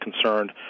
concerned